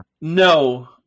No